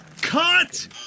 Cut